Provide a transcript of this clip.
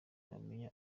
bamenya